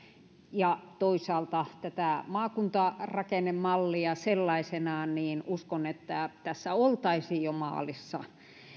ja toisaalta tätä maakuntarakennemallia sellaisenaan niin uskon että tässä oltaisiin jo maalissa